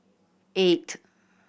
eight